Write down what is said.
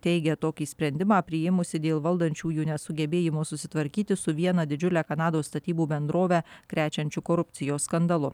teigia tokį sprendimą priėmusi dėl valdančiųjų nesugebėjimo susitvarkyti su viena didžiule kanados statybų bendrove krečiančiu korupcijos skandalu